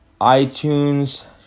iTunes